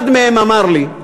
אחד מהם אמר לי,